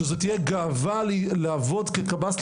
שזו תהיה גאווה לעבוד כקב"ס,